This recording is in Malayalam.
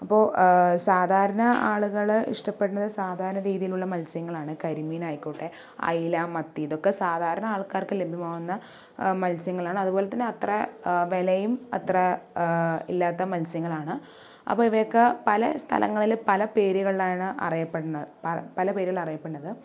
അപ്പോൾ സാധാരണ ആളുകള് ഇഷ്ടപ്പെടുന്ന സാധാരണ രീതിയിലുള്ള മത്സ്യങ്ങളാണ് കരിമീൻ ആയിക്കോട്ടെ അയല മത്തി ഇതൊക്കെ സാധാരണ ആൾക്കാർക്ക് ലഭ്യമാകുന്ന മത്സ്യങ്ങളാണ് അതുപോലെ തന്നെ അത്ര വെലയും അത്ര ഇല്ലാത്ത മത്സ്യങ്ങളാണ് അപ്പോ ഇവയൊക്കെ പല സ്ഥലങ്ങളില് പല പേരുകളിലാണ് അറിയപ്പെടണത് പ പല പേരുകളിലാണ് അറിയപ്പെടണത്